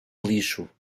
lixo